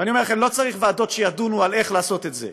ואני אומר לכם: לא צריך ועדות שידונו על איך לעשות את זה.